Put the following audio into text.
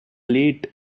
late